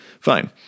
fine